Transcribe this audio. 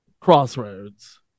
Crossroads